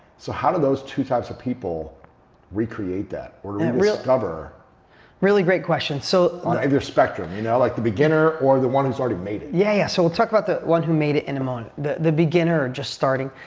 so how do those two types of people recreate that? or rediscover really great question. so on either spectrum, you know? like beginner or the one who has already made it. yeah, yeah. so we'll talk about the one who made it in a moment. the the beginner or just starting,